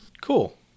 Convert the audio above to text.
Cool